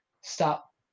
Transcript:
stop